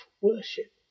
worship